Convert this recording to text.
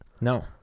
No